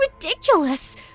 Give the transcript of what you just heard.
ridiculous